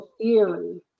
theory